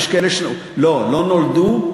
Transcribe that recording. יש כאלה, לא, לא נולדו,